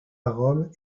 rome